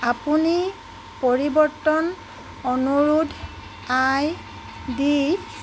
আপুনি পৰিৱৰ্তন অনুৰোধ আই ডি